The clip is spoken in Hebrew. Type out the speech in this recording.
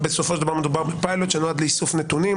בסופו של דבר מדובר בפיילוט שנועד לאיסוף נתונים.